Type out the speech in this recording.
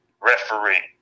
referee